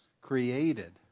created